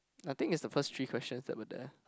I think it's the first three questions that were there